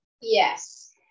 Yes